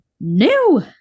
new